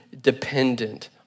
dependent